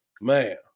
man